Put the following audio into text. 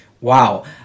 Wow